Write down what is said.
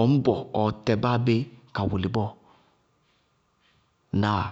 ɔñbɔ ɔʋtɛ báa bé ka wʋlɩ bɔɔ. Ŋnáa?